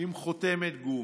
עם חותמת גומי,